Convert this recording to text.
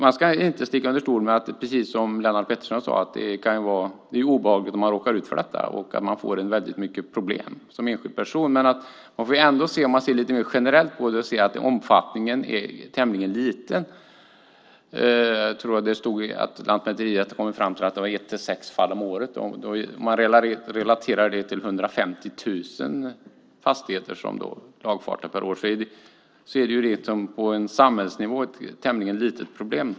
Man ska inte sticka under stol med att det, som Lennart Pettersson sade, är obehagligt att råka ut för detta, och att man får mycket problem som enskild person. Generellt kan man säga att omfattningen är tämligen liten. Lantmäteriet har kommit fram till att det är ett till sex fall om året. Det kan man relatera till 150 000 fastighetslagfarter per år. Då är det på samhällsnivå ett tämligen litet problem.